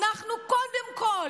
קודם כול,